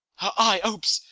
her eye opes,